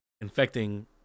infecting